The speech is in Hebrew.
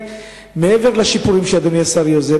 מעבר לשיפורים שאדוני השר יוזם,